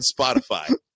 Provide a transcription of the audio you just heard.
Spotify